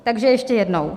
Takže ještě jednou.